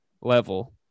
level